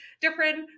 different